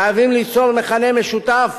חייבים ליצור מכנה משותף